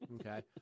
okay